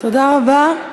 תודה רבה,